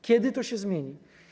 Kiedy to się zmieni?